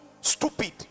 stupid